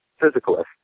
physicalist